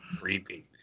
Creepy